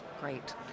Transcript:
Great